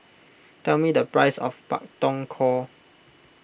tell me the price of Pak Thong Ko